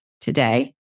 today